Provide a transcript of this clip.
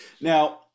Now